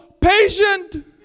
patient